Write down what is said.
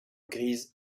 grise